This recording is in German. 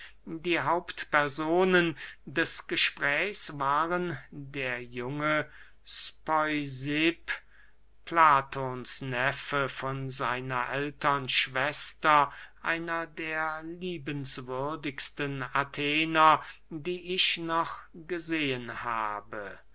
die hauptpersonen des gesprächs waren der junge speusipp platons neffe von seiner ältern schwester einer der liebenswürdigsten athener die ich noch gesehen habe